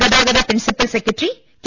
ഗതാഗത principal secretary K